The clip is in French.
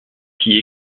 qui